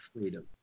freedom